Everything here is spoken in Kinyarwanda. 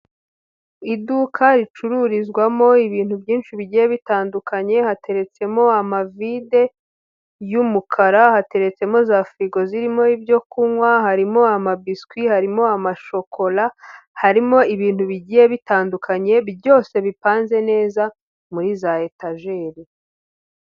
Iduka ricururizwamo ibintu byinshi bigiye bitandukanye, hateretsemo amavide y'umukara, hateretsemo za firigo zirimo ibyo kunywa, harimo amabiswi, harimo amashokora, harimo ibintu bigiye bitandukanye, byose bipanze neza muri za etajeri.